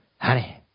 Honey